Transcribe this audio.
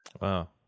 Wow